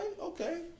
okay